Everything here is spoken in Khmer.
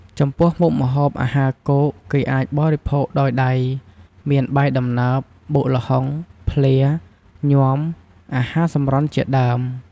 ចំពោះ មុខម្ហូបអាហារគោកគេអាចបរិភោគដោយដៃមាន បាយដំណើប បុកល្ហុង ភ្លា ញាំ អាហារសម្រន់ជាដើម។